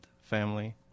family